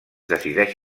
decideix